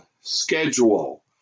schedule